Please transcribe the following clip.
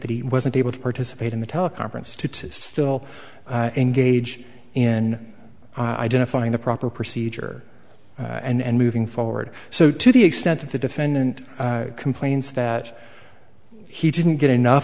that he wasn't able to participate in the teleconference to still engage in identifying the proper procedure and moving forward so to the extent that the defendant complains that he didn't get enough